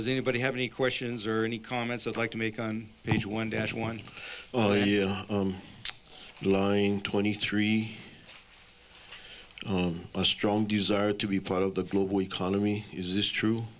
if anybody have any questions or any comments i'd like to make on page one dash one oh you're lying twenty three a strong desire to be part of the global economy is this true